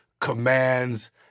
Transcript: commands